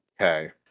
Okay